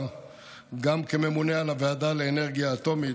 גם כממונה על הוועדה לאנרגיה אטומית,